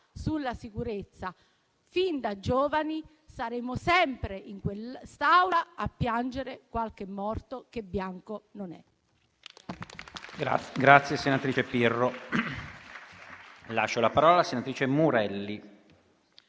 sulla sicurezza fin da giovani, saremo sempre in quest'Aula a piangere qualche morto che bianco non è.